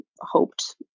hoped